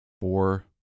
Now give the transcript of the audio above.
four